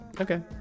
Okay